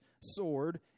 sword